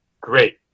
great